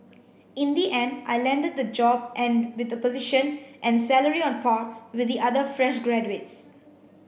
in the end I landed the job and with a position and salary on par with the other fresh graduates